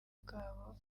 bwa